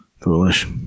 Foolish